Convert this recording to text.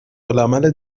العمل